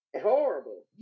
Horrible